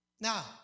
Now